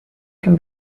can